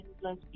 plus